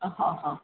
હ હ